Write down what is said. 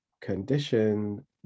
condition